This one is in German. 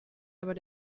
aber